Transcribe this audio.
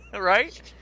Right